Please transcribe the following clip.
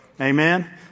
Amen